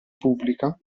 pubblica